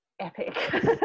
epic